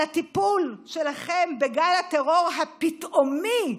על הטיפול שלכם בגל הטרור הפתאומי,